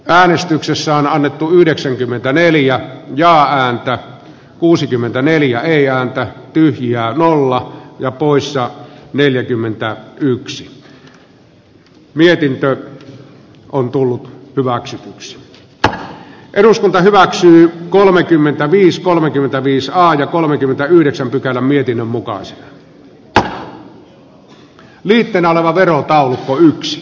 äänestyksessä on annettu yhdeksänkymmentäneljä ja ander kuusikymmentäneljä ei auta tyhjää nollaa ja pois ja mika lintilä on esko kivirannan kannattamana ehdottanut että pykälä hyväksytään vastalauseen mukaisena